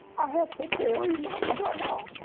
i have toe very much, child.